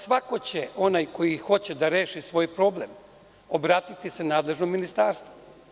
Svako, onaj koji hoće da reši svoj problem, obratiće se nadležnom ministarstvu.